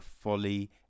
Folly